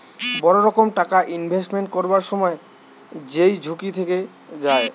বড় রকম টাকা ইনভেস্টমেন্ট করবার সময় যেই ঝুঁকি থেকে যায়